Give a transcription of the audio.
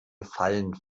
gefallen